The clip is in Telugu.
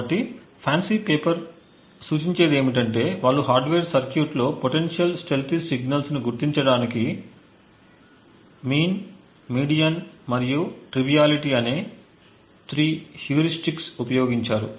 కాబట్టి FANCI పేపర్ సూచించేది ఏమిటంటే వాళ్ళు హార్డ్వేర్ సర్క్యూట్లో పొటెన్షియల్ స్టీల్తీ సిగ్నల్స్ను గుర్తించడానికి యొక్క మీన్ మీడియన్ మరియు ట్రివియాలిటీ అనే 3 హ్యూరిస్టిక్స్ ఉపయోగించారు